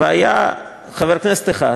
והיה חבר כנסת אחד